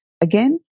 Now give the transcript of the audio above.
Again